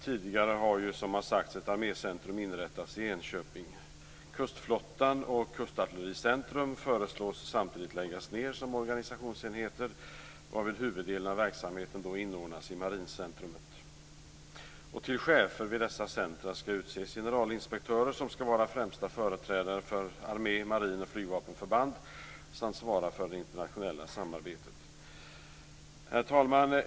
Tidigare har, som sagts, ett armécentrum inrättats i Till chefer vid dessa centrum skall utses generalinspektörer som skall vara främsta företrädare för armé-, marin och flygvapenförband samt svara för det internationella samarbetet. Herr talman!